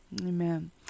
Amen